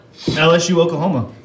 LSU-Oklahoma